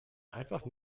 einfach